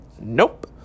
Nope